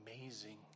amazing